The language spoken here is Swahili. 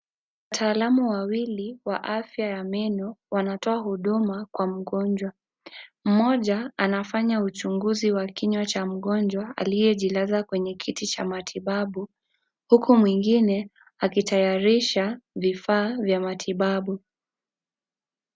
Wataalamu wawili wa afya ya meno, wanatoa huduma kwa mgonjwa. Mmoja anafanya uchunguzi wa kinywa cha mgonjwa aliyejilaza kwenye kiti cha matibabu huku mwingine akitayarisha vifaa vya matibabu.